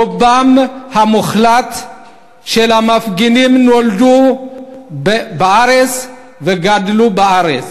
רובם המוחלט של המפגינים נולדו בארץ וגדלו בארץ.